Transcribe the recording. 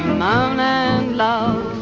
moanin' low,